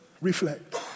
Reflect